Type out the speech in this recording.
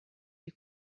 you